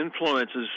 influences